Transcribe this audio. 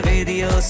Radio